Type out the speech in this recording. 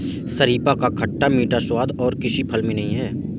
शरीफा का खट्टा मीठा स्वाद और किसी फल में नही है